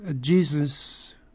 Jesus